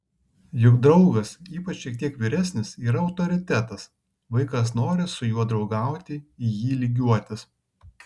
juk draugas ypač šiek tiek vyresnis yra autoritetas vaikas nori su juo draugauti į jį lygiuotis